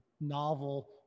novel